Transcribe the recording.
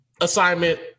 assignment